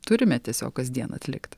turime tiesiog kasdien atlikt